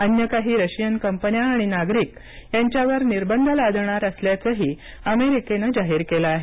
अन्य काही रशियन कंपन्या आणि नागरिक यांच्यावर निर्बंध लादणार असल्याचंही अमेरिकेनं जाहीर केलं आहे